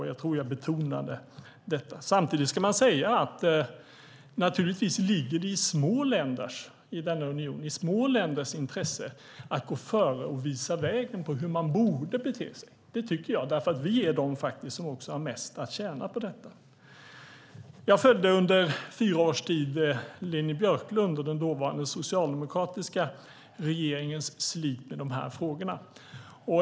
Jag tror att jag betonade detta. Samtidigt ska man säga att det naturligtvis i denna union ligger i små länders intresse att gå före och visa vägen när det gäller hur man borde bete sig. Det tycker jag, därför att vi faktiskt är de som har mest att tjäna på detta. Jag följde under fyra års tid Leni Björklund och den dåvarande socialdemokratiska regeringens slit med de här frågorna.